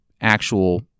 actual